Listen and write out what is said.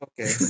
Okay